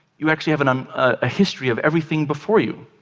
you actually have and um a history of everything before you.